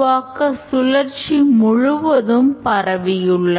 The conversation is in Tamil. உருவாக்க சுழற்சி முழுவதும் பரவியுள்ளன